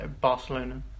Barcelona